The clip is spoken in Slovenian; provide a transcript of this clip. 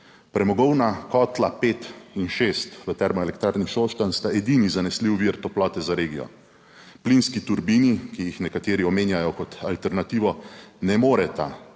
premogovna kotla pet in šest v Termoelektrarni Šoštanj sta edini zanesljiv vir toplote za regijo. Plinski turbini, ki jih nekateri omenjajo kot alternativo, ne moreta